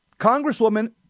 Congresswoman